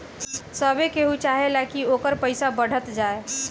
सभे केहू चाहेला की ओकर पईसा बढ़त जाए